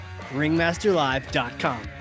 Ringmasterlive.com